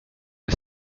väl